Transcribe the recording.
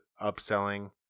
upselling